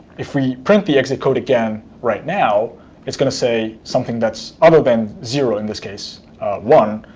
if we print the exit code again right now it's going to say something that's other than zero, in this case one,